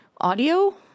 audio